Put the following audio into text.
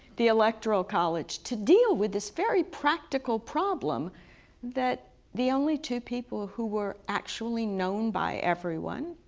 the electoral college to deal with this very practical problem that the only two people who were actually known by everyone,